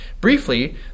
Briefly